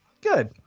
Good